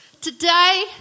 Today